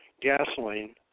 gasoline